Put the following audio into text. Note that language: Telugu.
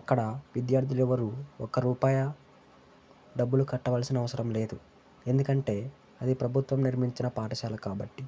అక్కడ విద్యార్థులు ఎవరు ఒక రూపాయి డబ్బులు కట్టవలసిన అవసరం లేదు ఎందుకంటే అది ప్రభుత్వం నిర్మించిన పాఠశాల కాబట్టి